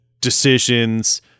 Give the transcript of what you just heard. decisions